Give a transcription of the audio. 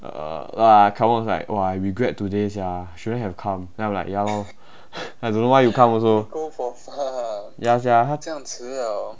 uh kai wen was like !wah! I regret today sia shouldn't have come then I'm like ya lor I don't know why you come also ya sia